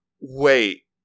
Wait